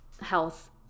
health